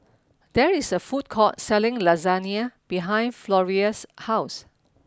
there is a food court selling Lasagne behind Florrie's house